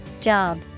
Job